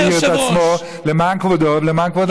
שהוא יבהיר את עצמו למען כבודו ולמען כבוד הכנסת.